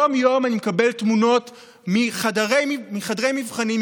יום-יום אני מקבל תמונות מחדרי מבחנים,